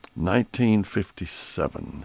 1957